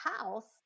house